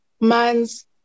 man's